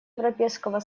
европейского